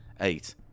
Eight